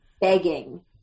begging